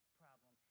problem